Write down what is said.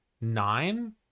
nine